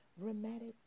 rheumatic